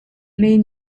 mean